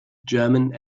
german